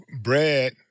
Brad